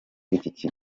iki